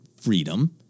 freedom